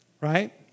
Right